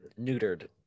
Neutered